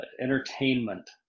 entertainment